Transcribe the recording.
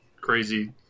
crazy